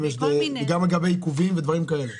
וגם לגבי עיכובים ודברים כאלה.